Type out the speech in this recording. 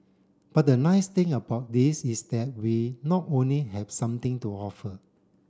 but the nice thing about this is that we not only have something to offer